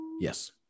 Yes